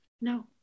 no